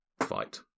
fight